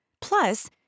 Plus